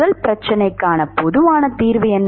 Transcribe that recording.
முதல் பிரச்சனைக்கான பொதுவான தீர்வு என்ன